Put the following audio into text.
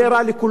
יהיה רע לכולם.